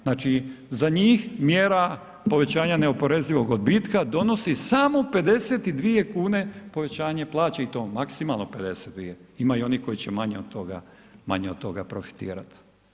Znači za njih mjera povećanja neoporezivog odbitka, donosi samo 52 kn povećanje plaće i to maksimalno 52, ima i onih koji će manje od toga profitirati.